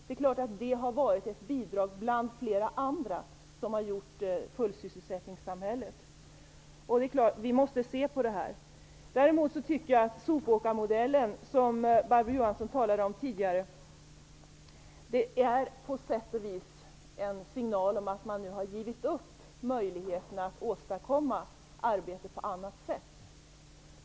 Det är klart att det har varit ett bidrag bland flera andra som har gjort fullsysselsättningssamhället möjligt. Det är klart att vi måste titta på det här. Däremot tycker jag att sopåkarmodellen, som Barbro Johansson talade om tidigare, på sätt och vis är en signal om att man nu har givit upp möjligheten att åstadkomma arbete på annat sätt.